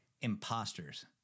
imposters